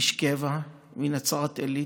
איש קבע מנצרת עילית,